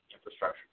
infrastructure